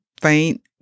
faint